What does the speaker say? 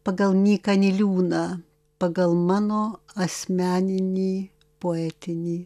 pagal nyką niliūną pagal mano asmeninį poetinį